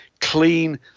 clean